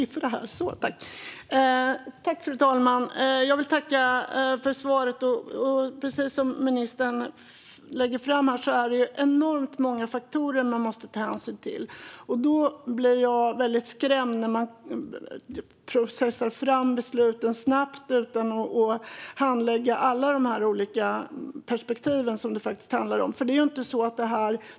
Fru talman! Jag vill tacka för svaret. Precis som ministern här lägger fram det finns det enormt många faktorer som man måste ta hänsyn till. Jag blir väldigt skrämd när man snabbt processar fram beslut utan att handlägga alla de olika perspektiv som det handlar om.